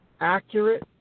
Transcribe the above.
accurate